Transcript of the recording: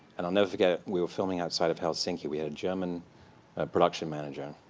and i'll never forget it. we were filming outside of helsinki. we had a german production manager,